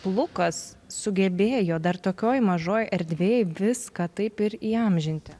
lukas sugebėjo dar tokioj mažoj erdvėj viską taip ir įamžinti